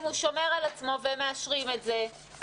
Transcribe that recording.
אם הוא שומר על עצמו והם מאשרים את זה,